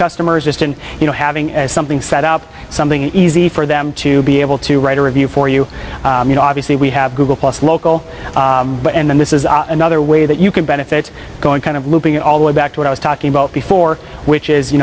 customers just and you know having something set up something easy for them to be able to write a review for you you know obviously we have google plus local but and this is another way that you can benefit it's going kind of looping it all the way back to what i was talking about before which is you